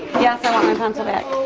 yes, i want my pencil back.